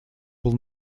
был